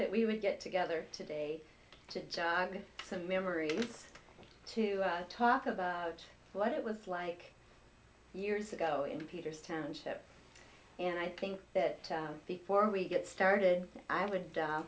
that we would get together today to get some memory to talk about what it was like years ago in peter's township and i think that before we get started i would